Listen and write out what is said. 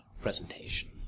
presentation